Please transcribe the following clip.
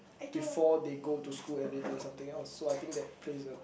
before they go to school and they learn something else so I think that that is a